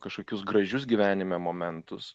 kažkokius gražius gyvenime momentus